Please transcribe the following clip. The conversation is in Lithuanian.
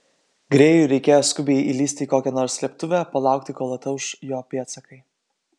grėjui reikėjo skubiai įlįsti į kokią nors slėptuvę palaukti kol atauš jo pėdsakai